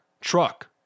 truck